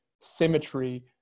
symmetry